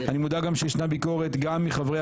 אני מודע גם שישנה ביקורת גם מחברי